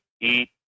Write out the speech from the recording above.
eat